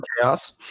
chaos